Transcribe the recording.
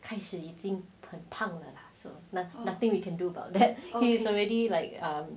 开始已经很很胖的 lah so nothing we can do about that he's already like